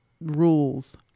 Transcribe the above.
rules